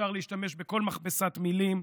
אפשר להשתמש בכל מכבסת המילים,